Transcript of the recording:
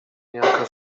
niejaka